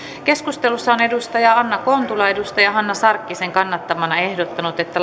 keskustelussa on anna kontula hanna sarkkisen kannattamana ehdottanut että